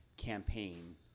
Campaign